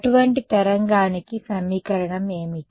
అటువంటి తరంగానికి సమీకరణం ఏమిటి